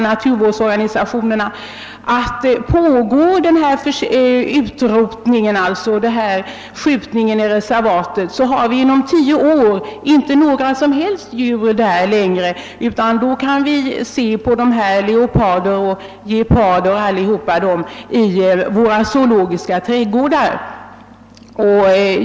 Naturvårdsorganisationerna har uppgivit att fortgår denna skjutning i reservaten, har vi inom tio år inte några som helst djur kvar där utan får se leoparder, geparder o. s. v. enbart i våra zoologiska trädgårdar.